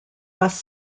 bus